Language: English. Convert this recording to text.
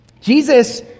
Jesus